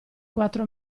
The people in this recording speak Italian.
quattro